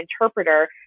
interpreter